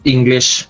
English